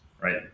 right